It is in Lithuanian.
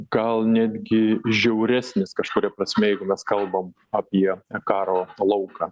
gal netgi žiauresnis kažkuria prasme jeigu mes kalbam apie karo lauką